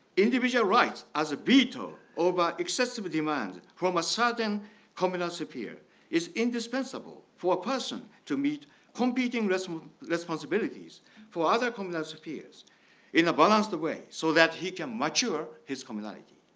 individual rights as a beetle over excessive demand from a sudden communists appear is indispensable for a person to meet competing ah responsibilities for other communists appears in a balanced way so that he can mature his community.